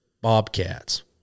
Bobcats